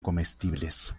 comestibles